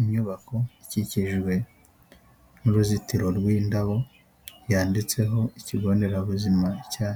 Inyubako ikikijwe n'uruzitiro rw'indabo yanditseho '' ikigo nderabuzima cya